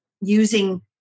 using